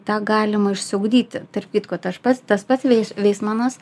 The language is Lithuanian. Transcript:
tą galima išsiugdyti tarp kitko taš pats tas pats veis veismanas